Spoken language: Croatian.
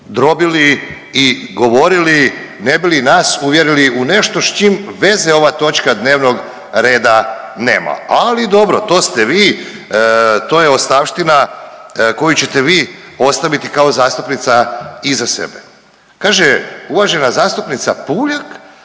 drobili i govorili ne bi li nas uvjerili u nešto s čim veze ova točka dnevnog reda nema. Ali dobro to ste vi, to je ostavština koju ćete vi ostaviti kao zastupnica iza sebe. Kaže uvažena zastupnica Puljak